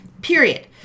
Period